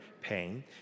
pain